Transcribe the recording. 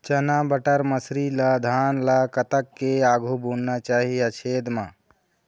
चना बटर मसरी ला धान ला कतक के आघु बुनना चाही या छेद मां?